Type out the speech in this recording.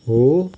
हो